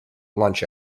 lunch